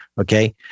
Okay